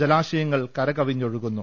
ജലാശയങ്ങൾ കരകവിഞ്ഞൊഴുകുന്നു